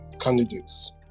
candidates